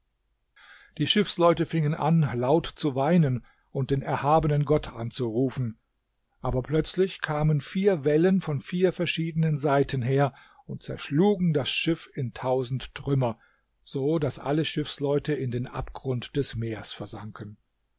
die schiffsleute fingen an laut zu weinen und den erhabenen gott anzurufen aber plötzlich kamen vier wellen von vier verschiedenen seiten her und zerschlugen das schiff in tausend trümmer so daß alle schiffsleute in den abgrund des meers versanken